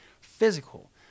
physical